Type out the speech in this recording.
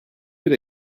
bir